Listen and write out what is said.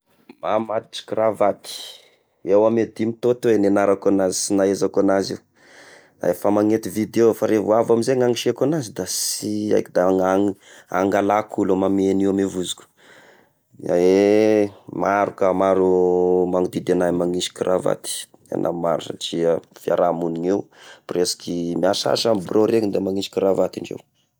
Mamatotry kiravaty, eo amy dimy tao teo nianarako anazy sy nahaizako agnazy, fa megnety video iaho fa revo avy amizay andro isiako agnazy da sy aiko da an-angalako olo mamehy io amy vozoko, maro ka maro manodidy agnà manisy kiravaty ,tegna maro satria fiarahamonina io presiky maisaasa amy bureau regny da manisy kiravaty indreo.